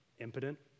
Impotent